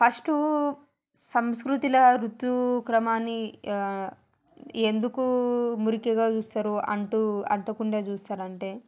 first సంస్కృతిలా ఋతుక్రమాన్ని ఎందుకూ మురికగ చూస్తారు అంటూ అంటుకోకుండా చూస్తారు అంటే